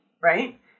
right